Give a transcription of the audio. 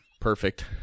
Perfect